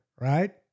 Right